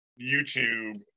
YouTube